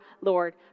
Lord